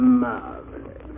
marvelous